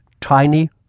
tiny